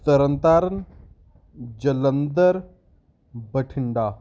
Tarn Taran Jalandhar Bathinda